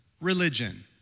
religion